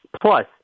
Plus